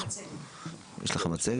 קודם כול,